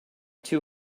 two